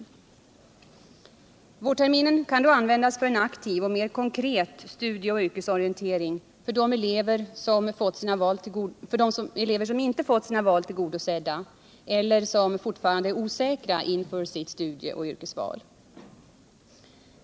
Då kan vårterminen användas för en aktiv och mera konkret studieoch yrkesorientering för de elever som inte har fått sina val tillgodosedda eller som fortfarande är osäkra inför sitt studieoch yrkesval.